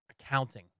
accounting